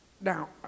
now